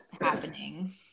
happening